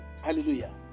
Hallelujah